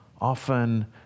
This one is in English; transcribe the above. often